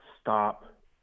stop